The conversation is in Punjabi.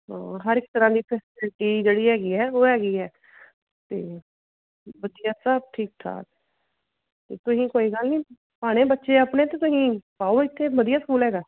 ਹਾਂ ਹਰ ਇੱਕ ਤਰ੍ਹਾਂ ਦੀ ਫੈਸਿਲਿਟੀ ਜਿਹੜੀ ਹੈਗੀ ਹੈ ਉਹ ਹੈਗੀ ਹੈ ਅਤੇ ਵਧੀਆ ਸਭ ਠੀਕ ਠਾਕ ਅਤੇ ਤੁਸੀਂ ਕੋਈ ਗੱਲ ਨਹੀਂ ਪਾਉਣੇ ਬੱਚੇ ਆਪਣੇ ਅਤੇ ਤੁਸੀਂ ਪਾਓ ਇੱਥੇ ਵਧੀਆ ਸਕੂਲ ਹੈਗਾ